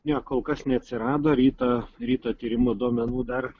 ne kol kas neatsirado rytą ryto tyrimų duomenų dar